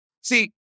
See